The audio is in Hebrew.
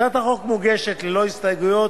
הצעת החוק מוגשת ללא הסתייגויות,